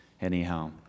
anyhow